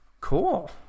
Cool